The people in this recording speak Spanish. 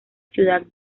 ciudad